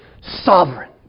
sovereign